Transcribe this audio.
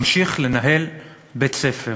ממשיך לנהל בית-ספר?